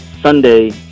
Sunday